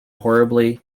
horribly